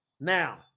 Now